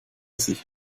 sich